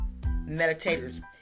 meditators